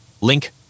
Link